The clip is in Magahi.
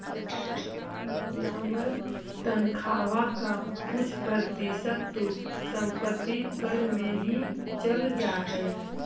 हमर तनख्वा का कुछ प्रतिशत तो संपत्ति कर में ही चल जा हई